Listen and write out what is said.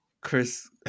Chris